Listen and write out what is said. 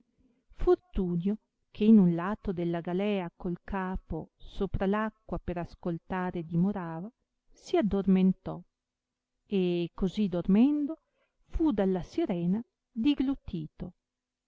fortunio che in un lato della galea col capo sopra l acqua per ascoltare dimorava si addormentò e così dormendo fu dalla sirena